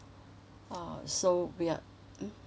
oh so we are mm